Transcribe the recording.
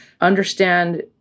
understand